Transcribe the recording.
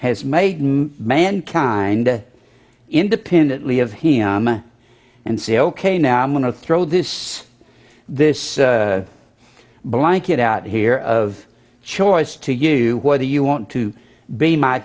has made mankind independently of him and say ok now i'm going to throw this this blanket out here of choice to you whether you want to be my